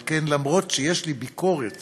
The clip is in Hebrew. על כן, למרות שיש לי ביקורת